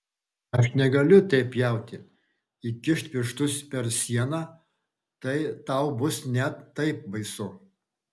aš negaliu taip pjauti įkišk pirštus per sieną tai tau bus net taip baisu